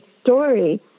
story